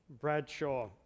Bradshaw